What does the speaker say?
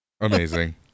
Amazing